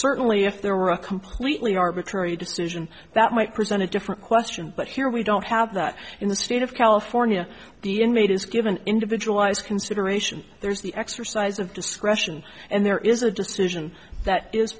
certainly if there were a completely arbitrary decision that might present a different question but here we don't have that in the state of california the inmate is give an individualized consideration there's the exercise of discretion and there is a decision that is